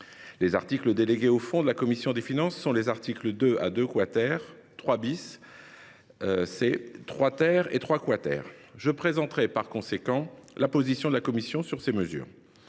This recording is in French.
Les articles délégués au fond à la commission des finances sont les articles 2 à 2 , 3 C, 3 et 3 . Je présenterai par conséquent la position de la commission sur ces mesures.